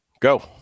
Go